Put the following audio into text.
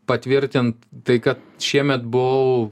patvirtint tai kad šiemet buvau